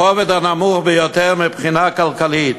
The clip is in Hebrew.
הרובד הנמוך ביותר מבחינה כלכלית,